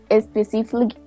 specifically